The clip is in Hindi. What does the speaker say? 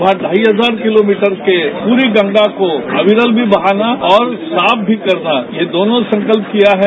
वहां ढाई हजार किलोमीटर के पूरी गंगा को अविरल भी बहाना और साफ भी कहरना यह दोनों संकलप किया है